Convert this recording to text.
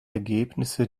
ergebnisse